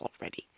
already